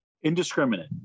Indiscriminate